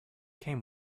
came